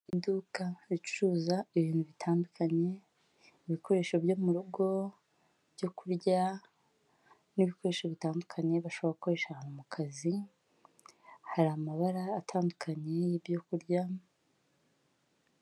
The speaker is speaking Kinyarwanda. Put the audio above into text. Iduka ricuruza ibintu bitandukanye ibikoresho byo mu rugo, ibyo kurya n'ibikoresho bitandukanye bashobora gukoresha ahantu mu kazi hari amabara atandukanye y'ibyo kurya.